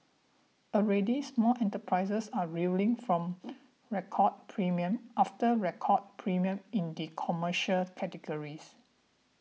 already small enterprises are reeling from record premium after record premium in the commercial category